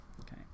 okay